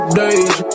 days